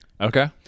Okay